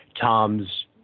Tom's